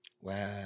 Wow